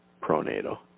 pro-NATO